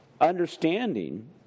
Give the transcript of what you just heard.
understanding